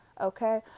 Okay